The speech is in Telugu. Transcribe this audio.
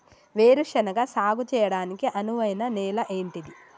వేరు శనగ సాగు చేయడానికి అనువైన నేల ఏంటిది?